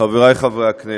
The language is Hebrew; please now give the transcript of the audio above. חברי חברי הכנסת,